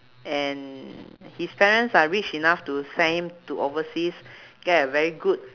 and his parents are rich enough to send him to overseas get a very good